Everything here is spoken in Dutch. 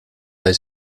hij